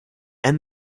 and